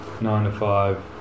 nine-to-five